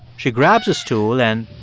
she grabs a stool and.